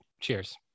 Cheers